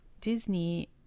Disney